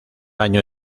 año